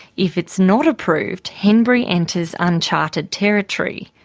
if it's not approved, henbury enters uncharted territory.